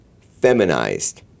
feminized